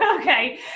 Okay